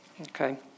Okay